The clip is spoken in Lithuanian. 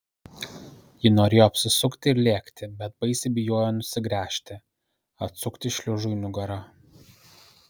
ji norėjo apsisukti ir lėkti bet baisiai bijojo nusigręžti atsukti šliužui nugarą